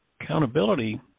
Accountability